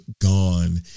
gone